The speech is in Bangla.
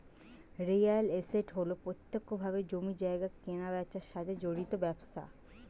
রিয়েল এস্টেট হল প্রত্যক্ষভাবে জমি জায়গা কেনাবেচার সাথে জড়িত ব্যবসা